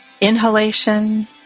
inhalation